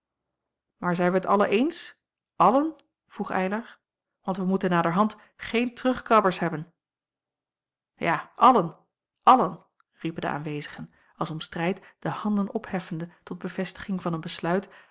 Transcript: zijn wij t allen eens allen vroeg eylar want wij moeten naderhand geen terugkrabbers hebben ja allen allen riepen de aanwezigen als om strijd de handen opheffende tot bevestiging van een besluit